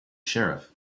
sheriff